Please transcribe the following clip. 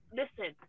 listen